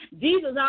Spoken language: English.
Jesus